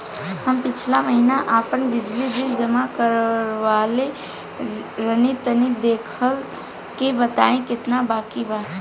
हम पिछला महीना आपन बिजली बिल जमा करवले रनि तनि देखऽ के बताईं केतना बाकि बा?